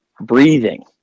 breathing